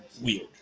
weird